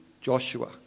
Joshua